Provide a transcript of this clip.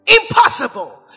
Impossible